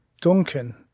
Duncan